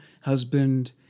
husband